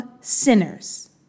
sinners